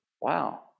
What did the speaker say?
wow